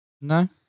No